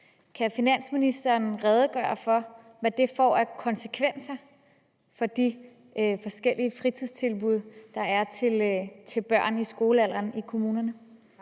Kan finansministeren redegøre for, hvad det får af konsekvenser for de forskellige fritidstilbud, der er til børn i skolealderen i kommunerne?